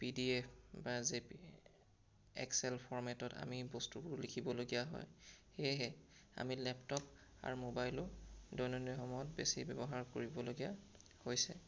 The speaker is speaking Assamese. পি ডি এফ বা জে পি এক্সেল ফৰ্মেটত আমি বস্তুবোৰ লিখিবলগীয়া হয় সেয়েহে আমি লেপটপ আৰু মোবাইলো দৈনন্দিন সময়ত বেছি ব্যৱহাৰ কৰিবলগীয়া হৈছে